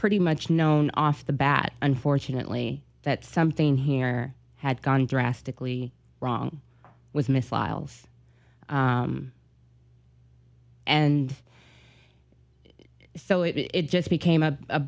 pretty much known off the bat unfortunately that something here had gone drastically wrong with miss files and so it just became a